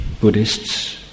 Buddhists